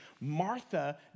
Martha